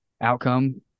outcome